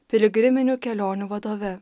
piligriminių kelionių vadove